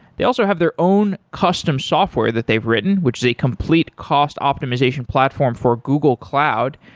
they also have their own custom software that they've written, which is a complete cost optimization platform for google cloud,